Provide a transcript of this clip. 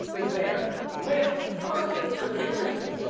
was there with her sister, kim richards.